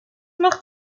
noch